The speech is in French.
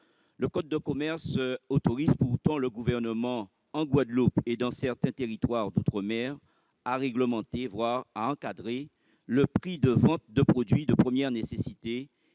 Le code de commerce autorise pourtant le Gouvernement, en Guadeloupe et dans certains territoires d'outre-mer, à réglementer, voire à encadrer, le prix de vente de produits de première nécessité